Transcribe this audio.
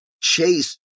Chase